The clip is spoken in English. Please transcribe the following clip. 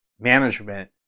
management